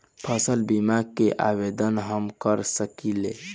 फसल बीमा के आवेदन हम कर सकिला?